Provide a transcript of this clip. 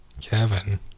Kevin